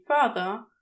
further